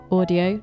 audio